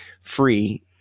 free